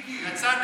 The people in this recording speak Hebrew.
מיקי?